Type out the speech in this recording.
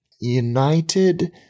United